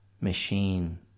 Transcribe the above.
machine